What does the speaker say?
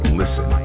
listen